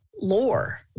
lore